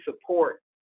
support